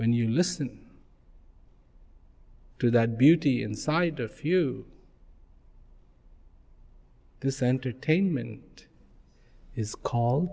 when you listen to that beauty inside a few this entertainment is cal